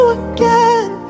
again